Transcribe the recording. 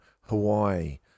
Hawaii